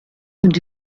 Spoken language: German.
und